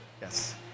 Yes